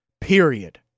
Period